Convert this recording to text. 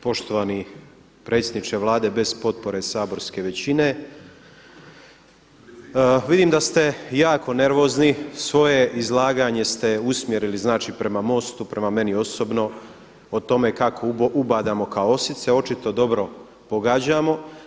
Poštovani predsjedniče Vlade bez potpore saborske većine, vidim da ste jako nervozni, svoje izlaganje ste usmjerili znači prema MOST-u, prema meni osobno, o tome kako ubadamo kao osice, očito dobro pogađamo.